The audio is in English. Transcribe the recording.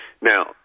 Now